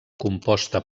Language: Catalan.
composta